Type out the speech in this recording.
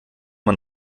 man